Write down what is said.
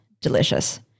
delicious